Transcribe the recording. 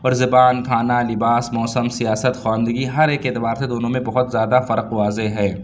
اور زبان کھانا لباس موسم سیاست خواندگی ہر ایک اعتبار سے دونوں میں بہت زیادہ فرق واضح ہے